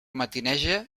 matineja